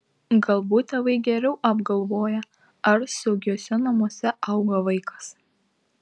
galbūt tėvai geriau apgalvoja ar saugiuose namuose auga vaikas